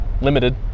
limited